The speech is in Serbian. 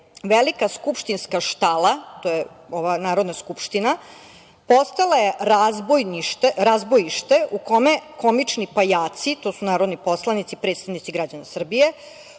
Velika skupštinska štala, to je ova Narodna skupština, postala je razbojište u kome komični pajaci, to su narodni poslanici, predstavnici građana Srbije,